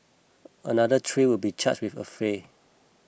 another three will be charged with affray